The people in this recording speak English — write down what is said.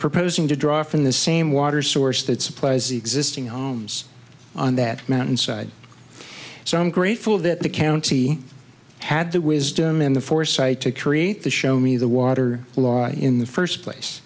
proposing to draw from the same water source that supplies the existing homes on that mountainside so i'm grateful that the county had the wisdom in the foresight to create the show me the water law in the first place